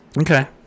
Okay